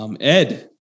Ed